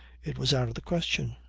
it was out of the question.